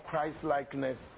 Christlikeness